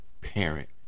parent